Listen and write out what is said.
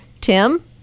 Tim